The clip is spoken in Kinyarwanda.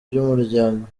by’umuryango